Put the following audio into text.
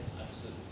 understood